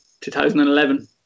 2011